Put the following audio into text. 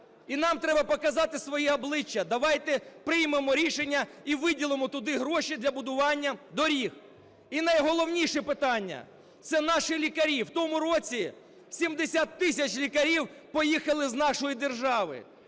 і нам треба показати своє обличчя. Давайте приймемо рішення і виділимо туди гроші для будування доріг. І найголовніше питання – це наші лікарі. В тому році 70 тисяч лікарів поїхали з нашої держави.